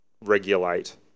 regulate